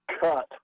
cut